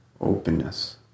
openness